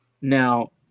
Now